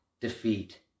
defeat